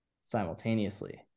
simultaneously